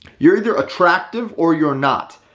you're either attractive or you're not.